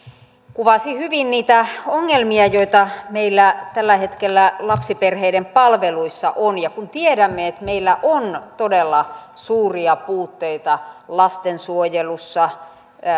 kuvasi hyvin niitä ongelmia joita meillä tällä hetkellä lapsiperheiden palveluissa on ja kun tiedämme että meillä on todella suuria puutteita lastensuojelussa